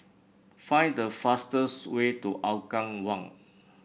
find the fastest way to Hougang One